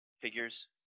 figures